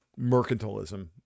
mercantilism